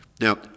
Now